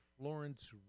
Florence